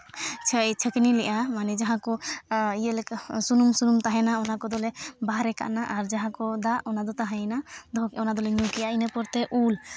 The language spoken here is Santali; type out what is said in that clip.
ᱪᱟᱭ ᱪᱷᱟᱠᱱᱤᱭᱮ ᱢᱟᱱᱮ ᱡᱟᱦᱟᱸ ᱠᱚ ᱤᱭᱟᱹ ᱞᱮᱠᱟ ᱥᱩᱱᱩᱢ ᱥᱩᱱᱩᱢ ᱛᱟᱦᱮᱱᱟ ᱚᱱᱟ ᱠᱚᱫᱚᱞᱮ ᱵᱟᱦᱨᱮᱜ ᱠᱟᱱᱟ ᱡᱟᱦᱟᱸ ᱠᱚ ᱫᱟᱜ ᱚᱱᱟ ᱠᱚᱫᱚ ᱛᱟᱦᱮᱭᱮᱱᱟ ᱚᱱᱟ ᱫᱚᱞᱮ ᱧᱩ ᱠᱮᱜᱼᱟ ᱤᱱᱟᱹ ᱯᱚᱨᱛᱮ ᱩᱞ